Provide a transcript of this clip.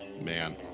Man